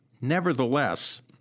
Nevertheless